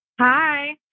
Hi